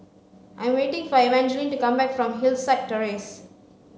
I am waiting for Evangeline to come back from Hillside Terrace